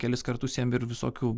kelis kartus jam ir visokių